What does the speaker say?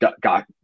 got